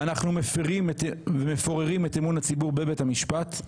אנחנו מפוררים את אמון הציבור בבית המשפט.